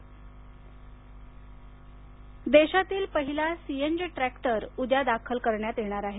भारत देशातील पहिला CNG tractor उद्या दाखल करण्यात येणार आहे